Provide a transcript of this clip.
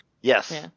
Yes